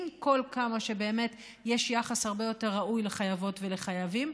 עם כל זה שבאמת יש יחס הרבה יותר ראוי לחייבות ולחייבים.